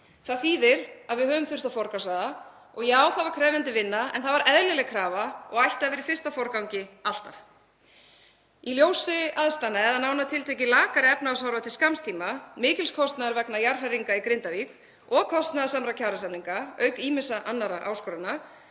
Það þýðir að við höfum þurft að forgangsraða og já, það var krefjandi vinna en það var eðlileg krafa og ætti að vera í fyrsta forgangi alltaf. Í ljósi aðstæðna eða nánar tiltekið lakari efnahagshorfa til skamms tíma, mikils kostnaðar vegna jarðhræringa í Grindavík og kostnaðarsamra kjarasamninga auk ýmissa annarra áskoranna